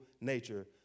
nature